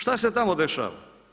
Šta se tamo dešava?